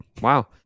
Wow